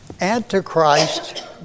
Antichrist